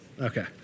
Okay